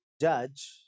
judge